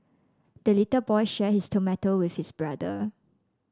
the little boy shared his tomato with his brother